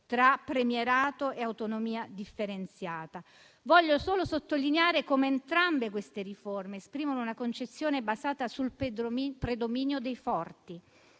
tra premierato e autonomia differenziata. Voglio solo sottolineare come entrambe queste riforme esprimono una concezione basata sul predominio dei forti